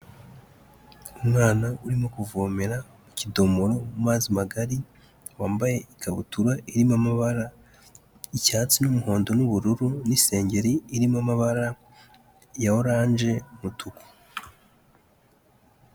Umwana urimo kuvomera mu kidomoro mu mazi magari, wambaye ikabutura irimo amabara icyatsi n'umuhondo n'ubururu, n'isengeri irimo amabara ya oranje, umutuku.